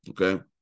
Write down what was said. okay